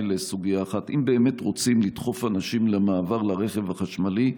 לסוגיה אחת: אם באמת רוצים לדחוף אנשים למעבר לרכב החשמלי,